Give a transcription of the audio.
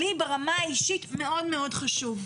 לי ברמה האישית מאוד מאוד חשוב.